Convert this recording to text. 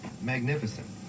Magnificent